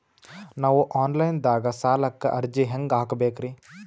ನಾವು online ದಾಗ ಸಾಲಕ್ಕ ಅರ್ಜಿ ಹೆಂಗ ಹಾಕಬೇಕ್ರಿ?